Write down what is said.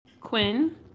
Quinn